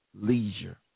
leisure